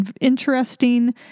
interesting